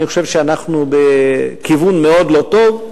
אני חושב שאנחנו בכיוון מאוד לא טוב.